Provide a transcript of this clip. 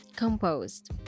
Composed